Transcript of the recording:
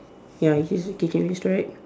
ya he's also kicking with his right